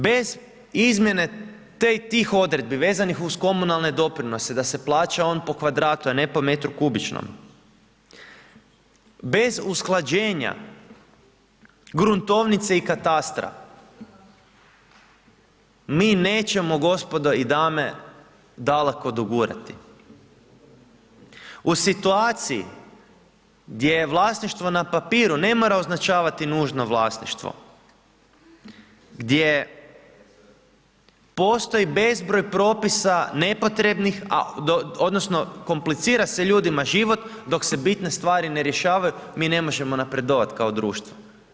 Bez izmjene tih odredbi, vezanih uz komunalne doprinose, da se plaća on po kvadratu, a ne po metru kubičnome, bez usklađenja, gruntovnice i katastra, mi nećemo gospodo i dame, daleko dogurati u situaciji gdje vlasništvo na papiru ne mora označavati nužno vlasništvo, gdje postoji bezbroj propisa nepotrebnih odnosno komplicira se ljudima život dok se bitne stvari ne rješavaju mi ne možemo napredovat kao društvo.